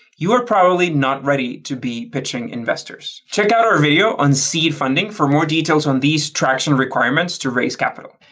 you are probably not ready to be pitching investors. check out our video on seed funding for more details on traction requirements to raise capital.